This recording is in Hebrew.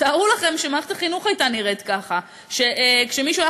תארו לכם שמערכת החינוך הייתה נראית ככה: שכשמישהו היה